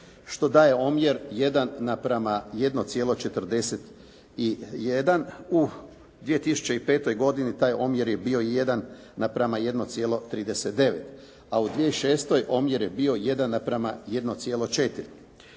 što daje omjer 1:1,41. U 2005. godini taj omjer je bio 1:1,39, a u 2006. omjer je bio 1:1,4.